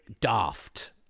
daft